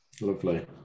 Lovely